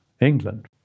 England